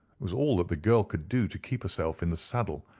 it was all that the girl could do to keep herself in the saddle,